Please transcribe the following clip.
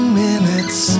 minutes